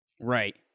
Right